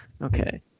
Okay